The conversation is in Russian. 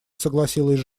согласилась